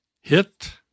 Hit